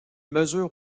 mesure